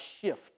shift